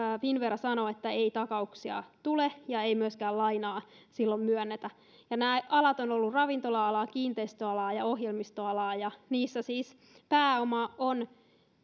finnvera sanoivat että takauksia ei tule ja myöskään lainaa ei silloin myönnetä nämä alat ovat olleet ravintola alaa kiinteistöalaa ja ohjelmistoalaa ja niissä siis pääoma oma pääoma on